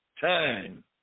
time